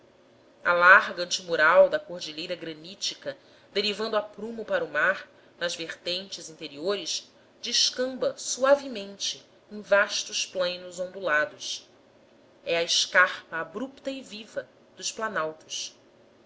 a larga antemural da cordilheira granítica derivando a prumo para o mar nas vertentes interiores descamba suavemente em vastos plainos ondulados é a escarpa abrupta e viva dos planaltos